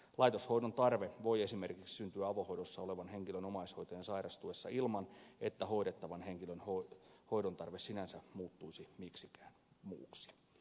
laitoshoidon tarve voi esimerkiksi syntyä avohoidossa olevan henkilön omaishoitajan sairastuessa ilman että hoidettavan henkilön hoidon tarve sinänsä muuttuisi miksikään muuksi